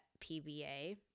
PBA